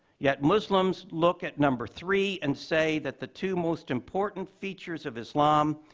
yet, muslims look at number three and say that the two most important features of islam,